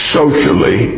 socially